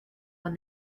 when